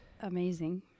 amazing